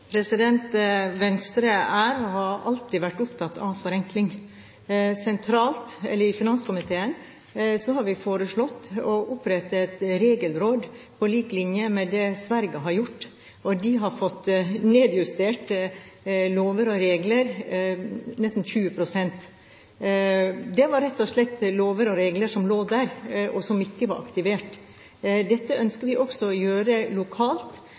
Venstre er, og har alltid vært, opptatt av forenkling. I finanskomiteen har vi foreslått å opprette et regelråd, på lik linje med det Sverige har gjort. De har fått nedjustert lover og regler med nesten 20 pst. Det var rett og slett lover og regler som lå der, og som ikke var aktivert. Dette ønsker vi også å gjøre lokalt.